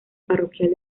parroquial